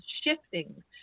shifting